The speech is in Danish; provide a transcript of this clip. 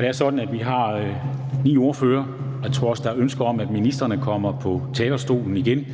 jeg tror også, der er ønske om, at ministrene kommer på talerstolen igen.